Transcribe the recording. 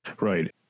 Right